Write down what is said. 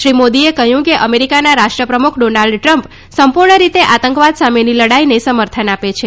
શ્રી મોદીએ કહ્યું કે અમેરિકાના રાષ્ટ્રપ્રમુખ ડોનાલ્ડ ટ્રમ્પ સંપૂર્ણ રીતે આતંકવાદ સામેની લડાઈને સમર્થન આપે છે